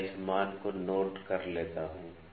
तो मैं इस मान को नोट कर लेता हूं